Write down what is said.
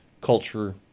culture